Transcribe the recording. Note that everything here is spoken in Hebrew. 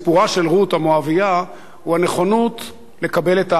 רות המואבייה הוא הנכונות לקבל את האחר